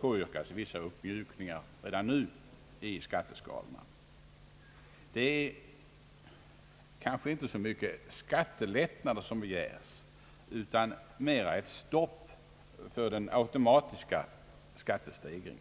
påyrkar vissa uppmjukningar i skatteskalorna redan nu. Det är kanske icke så mycket skattelättnader som begärs, utan mera ett stopp för den automatiska skattestegringen.